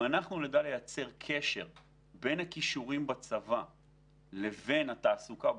קשר בין הכישורים בצבא לבין התעסוקה בחוץ,